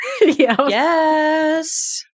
yes